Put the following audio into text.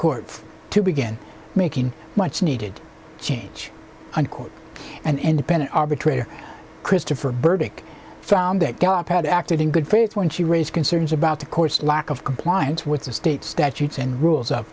court to begin making much needed change unquote and independent arbitrator christopher burdick found that god had acted in good faith when she raised concerns about the court's lack of compliance with the state statutes and rules of